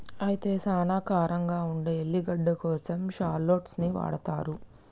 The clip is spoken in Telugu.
అయితే సానా కారంగా ఉండే ఎల్లిగడ్డ కోసం షాల్లోట్స్ ని వాడతారు